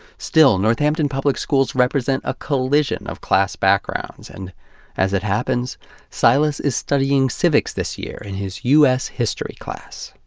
still, northampton public schools represent a collision of class backgrounds, and as it happens silas is studying civics this year in his u s. history class.